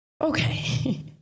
Okay